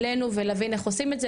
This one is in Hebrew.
אלינו ולהבין איך עושים את זה.